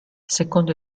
secondo